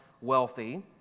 wealthy